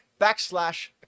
backslash